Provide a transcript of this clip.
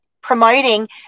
Promoting